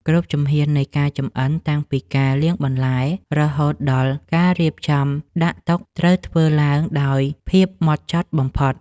គ្រប់ជំហាននៃការចម្អិនតាំងពីការលាងបន្លែរហូតដល់ការរៀបចំដាក់តុត្រូវធ្វើឡើងដោយភាពហ្មត់ចត់បំផុត។